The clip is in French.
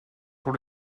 pour